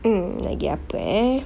mm lagi apa eh